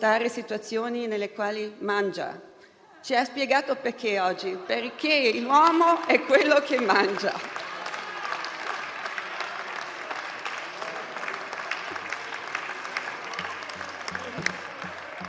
In realtà è anche colpa del sovranismo se questa trattativa è stata così lunga e difficile.